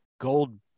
gold